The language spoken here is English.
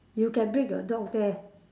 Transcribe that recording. you can bring your dog there